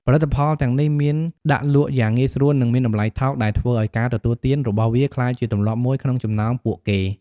ផលិតផលទាំងនេះមានដាក់លក់យ៉ាងងាយស្រួលនិងមានតម្លៃថោក ដែលធ្វើឱ្យការទទួលទានរបស់វាក្លាយជាទម្លាប់មួយក្នុងចំណោមពួកគេ។